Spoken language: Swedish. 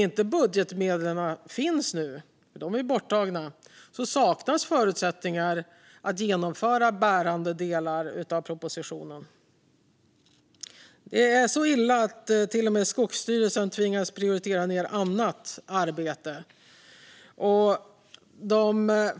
När budgetmedlen nu är borttagna saknas förutsättningar att genomföra bärande delar av propositionen. Det är till och med så illa att Skogsstyrelsen tvingas att prioritera ned annat arbete.